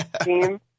team